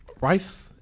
Rice